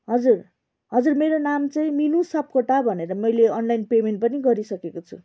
हजुर हजुर मेरो नाम चाहिँ मिनु सापकोटा भनेर मैले अनलाइन पेमेन्ट पनि गरिसकेको छु